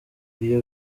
iyo